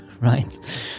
right